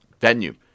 venue